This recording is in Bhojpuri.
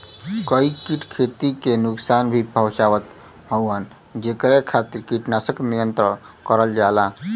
कई कीट खेती के नुकसान भी पहुंचावत हउवन जेकरे खातिर कीटनाशक नियंत्रण करल जाला